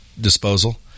disposal